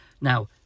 Now